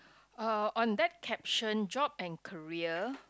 uh on that caption job and career